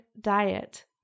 diet